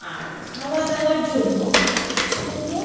আর খাওয়াদাওয়ার জন্য ছোটো